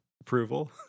approval